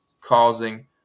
causing